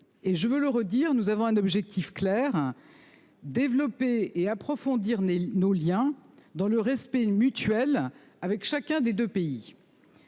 Je veux redire que nous avons un objectif clair : développer et approfondir nos liens, dans le respect mutuel, avec chacun de ces deux pays.